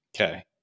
Okay